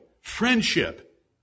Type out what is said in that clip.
friendship